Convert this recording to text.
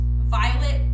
Violet